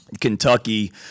Kentucky